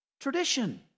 tradition